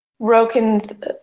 broken